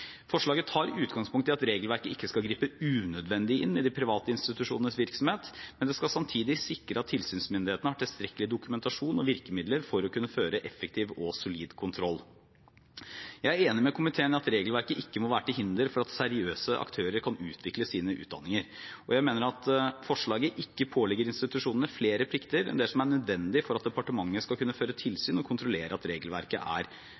Forslaget tar utgangspunkt i at regelverket ikke skal gripe unødvendig inn i de private institusjonenes virksomhet, men det skal samtidig sikre at tilsynsmyndighetene har tilstrekkelig dokumentasjon og virkemidler for å kunne føre effektiv og solid kontroll. Jeg er enig med komiteen i at regelverket ikke må være til hinder for at seriøse aktører kan utvikle sine utdanninger, og jeg mener at forslaget ikke pålegger institusjonene flere plikter enn det som er nødvendig for at departementet skal kunne føre tilsyn og kontrollere at regelverket er